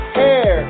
hair